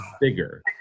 bigger